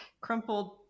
crumpled